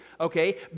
Okay